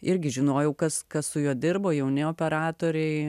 irgi žinojau kas kas su juo dirbo jauni operatoriai